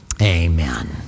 Amen